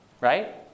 right